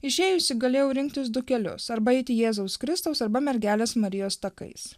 išėjusi galėjau rinktis du kelius arba eiti jėzaus kristaus arba mergelės marijos takais